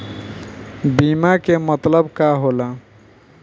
बीमा के मतलब का होला?